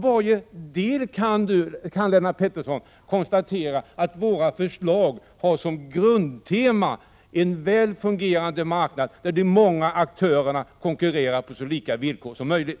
Bara detta gör att Lennart Pettersson kan konstatera att vårt förslag har som grundtema en väl fungerande marknad, där de många aktörerna konkurrerar på så lika villkor som möjligt.